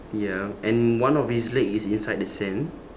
ya and one of its leg is inside the sand